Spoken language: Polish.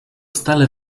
stale